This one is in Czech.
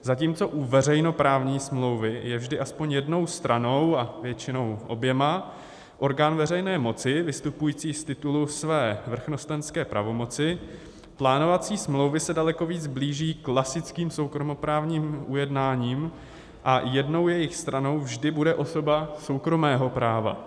Zatímco u veřejnoprávní smlouvy je vždy aspoň jednou stranou a většinou oběma orgán veřejné moci vystupující z titulu své vrchnostenské pravomoci, plánovací smlouvy se daleko víc blíží klasickým soukromoprávním ujednáním a jednou jejich stranou vždy bude osoba soukromého práva.